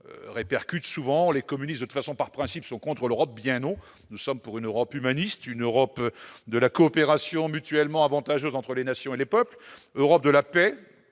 entend souvent, les communistes seraient, de toute façon et par principe, contre l'Europe !-, nous sommes pour une Europe humaniste, une Europe de la coopération mutuellement avantageuse entre les nations et les peuples, une Europe de la paix